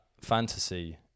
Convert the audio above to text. fantasy